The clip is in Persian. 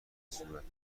صورتی